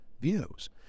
views